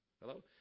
Hello